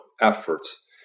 efforts